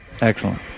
Excellent